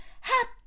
Happy